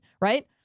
right